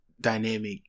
dynamic